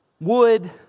Wood